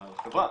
לחברה.